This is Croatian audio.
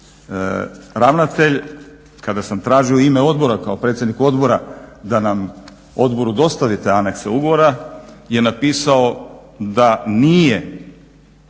Ravnatelj kada sam tražio ime odbora kao predsjednik odbora da nam odboru dostavi te anekse ugovora je napisao da nije